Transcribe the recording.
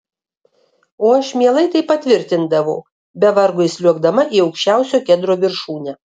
o aš mielai tai patvirtindavau be vargo įsliuogdama į aukščiausio kedro viršūnę